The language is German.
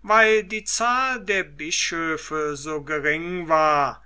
weil die zahl der bischöfe so gering war